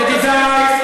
ידידי.